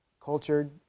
cultured